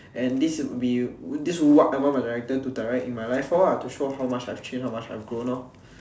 and this would be this is what I want my director to direct in my life lor to show how much I have changed how much I have grown lor